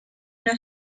una